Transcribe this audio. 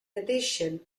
addition